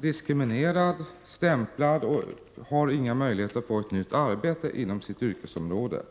diskriminerad, stämplad och saknar möjlighet att få nytt arbete inom sitt yrkesområde.